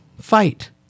Fight